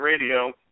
Radio